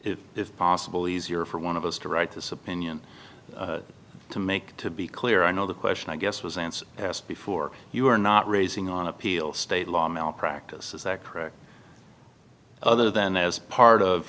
it is possible easier for one of us to write this opinion to make to be clear i know the question i guess was answered before you were not raising on appeal state law malpractise is that correct other than as part of